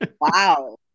Wow